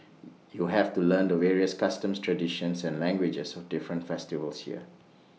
you have to learn the various customs traditions and languages of different festivals here